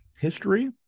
history